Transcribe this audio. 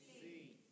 See